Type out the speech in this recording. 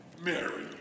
Mary